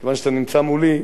כיוון שאתה נמצא מולי.